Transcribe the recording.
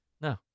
No